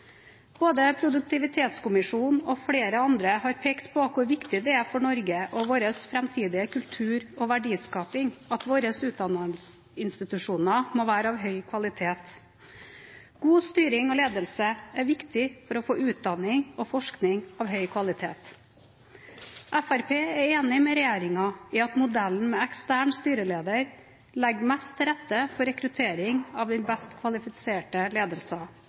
Både Produktivitetskommisjonen og flere andre har pekt på hvor viktig det er for Norge og vår framtidige kultur- og verdiskaping at våre utdanningsinstitusjoner må være av høy kvalitet. God styring og ledelse er viktig for å få utdanning og forskning av høy kvalitet. Fremskrittspartiet er enig med regjeringen i at modellen med ekstern styreleder legger mest til rette for rekruttering av den best kvalifiserte ledelsen